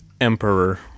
emperor